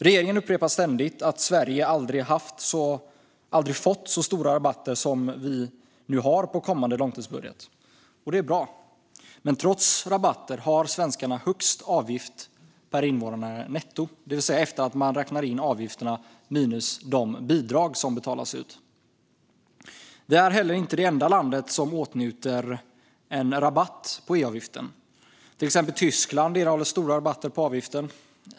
Regeringen upprepar ständigt att Sverige aldrig fått så stora rabatter som vi nu har på kommande långtidsbudget. Det är bra. Men trots rabatter har svenskarna högst avgift per invånare netto, det vill säga efter att man räknar in avgifterna minus de bidrag som betalas ut. Vi är heller inte det enda landet som åtnjuter rabatt på EU-avgiften; till exempel Tyskland erhåller stora rabatter på avgiften.